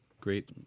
great